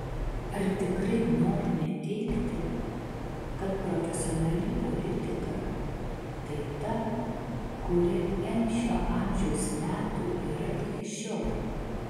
ar tikrai norime teigti kad profesionali politika tai ta kuri n šio amžiaus metų yra iki šiol